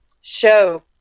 show